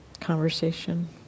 conversation